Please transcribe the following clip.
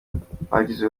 bagize